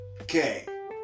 okay